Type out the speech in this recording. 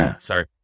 sorry